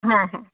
হ্যাঁ হ্যাঁ